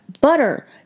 Butter